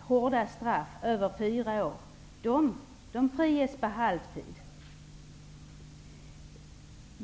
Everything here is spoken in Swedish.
hårda straff, över fyra år, skall friges efter halvtid.